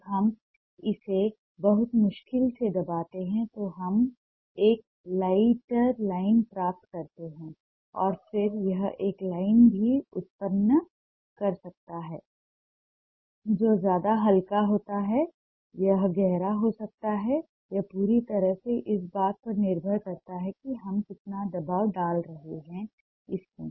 जब हम इसे बहुत मुश्किल से दबाते हैं तो हम एक लाइटर लाइन प्राप्त करते हैं और फिर यह एक लाइन भी उत्पन्न कर सकता है जो ज्यादा हल्का होता है यह गहरा हो सकता है यह पूरी तरह से इस बात पर निर्भर करता है कि हम कितना दबाव डाल रहे हैं इसमें